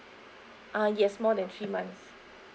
uh yes more than three months